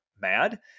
mad